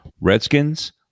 Redskins